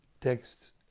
Texts